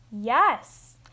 Yes